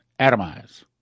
atomize